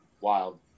Wild